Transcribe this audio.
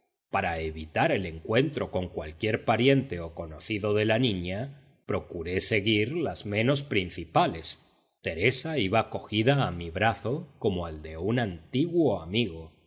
para evitar el encuentro con cualquier pariente o conocido de la niña procuré seguir las menos principales teresa iba cogida a mi brazo como al de un antiguo amigo